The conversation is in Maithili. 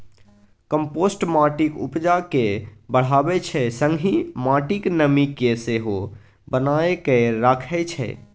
कंपोस्ट माटिक उपजा केँ बढ़ाबै छै संगहि माटिक नमी केँ सेहो बनाए कए राखै छै